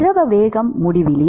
திரவ வேகம் முடிவிலி